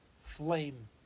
flame